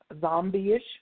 zombie-ish